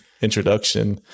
introduction